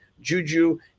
Juju